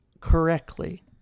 correctly